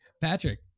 Patrick